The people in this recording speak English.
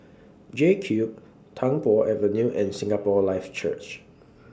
JCube Tung Po Avenue and Singapore Life Church